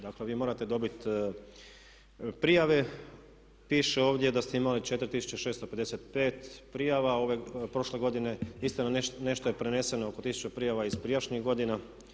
Dakle vi morate dobiti prijave, piše ovdje da ste imali 4655 prijave prošle godine, istina nešto je preneseno oko 1000 prijava iz prijašnjih godina.